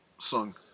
Song